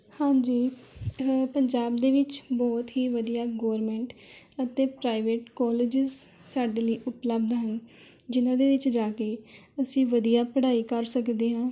ਹਾਂਜੀ ਪੰਜਾਬ ਦੇ ਵਿੱਚ ਬਹੁਤ ਹੀ ਵਧੀਆ ਗੌਰਮੈਂਟ ਅਤੇ ਪ੍ਰਾਈਵੇਟ ਕੋਲੇਜਿਸ ਸਾਡੇ ਲਈ ਉਪਲਬਧ ਹਨ ਜਿਨ੍ਹਾਂ ਦੇ ਵਿੱਚ ਜਾ ਕੇ ਅਸੀਂ ਵਧੀਆ ਪੜ੍ਹਾਈ ਕਰ ਸਕਦੇ ਹਾਂ